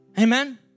amen